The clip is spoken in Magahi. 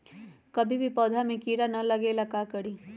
कभी भी पौधा में कीरा न लगे ये ला का करी?